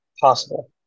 possible